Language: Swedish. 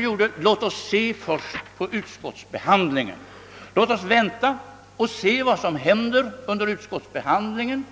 Låt oss vänta och se vad som händer under utskottsbehandlingen;